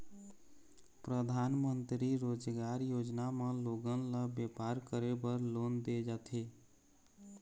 परधानमंतरी रोजगार योजना म लोगन ल बेपार करे बर लोन दे जाथे